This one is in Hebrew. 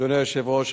אדוני היושב-ראש,